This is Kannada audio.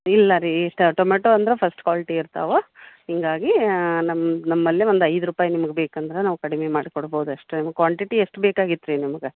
ಇಲ್ಲ ರೀ ಟೊಮೆಟೊ ಅಂದ್ರೆ ಫಸ್ಟ್ ಕ್ವಾಲಿಟಿ ಇರ್ತವೆ ಹೀಗಾಗಿ ನಮ್ಮ ನಮ್ಮಲ್ಲಿ ಒಂದು ಐದು ರೂಪಾಯಿ ನಿಮಗೆ ಬೇಕಂದ್ರೆ ಕಡಿಮೆ ಮಾಡಿ ಕೊಡ್ಬೋದು ಅಷ್ಟೇ ಕ್ವಾಂಟಿಟಿ ಎಷ್ಟು ಬೇಕಾಗಿತ್ತು ರೀ ನಿಮಗೆ